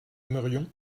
aimerions